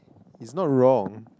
it's not wrong